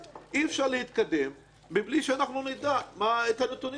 אי-אפשר להתקדם מבלי שנדע את הנתונים הללו.